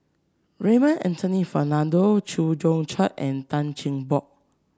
Raymond Anthony Fernando Chew Joo Chiat and Tan Cheng Bock